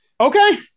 Okay